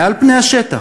מעל פני השטח.